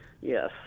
Yes